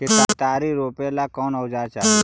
केतारी रोपेला कौन औजर चाही?